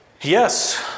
Yes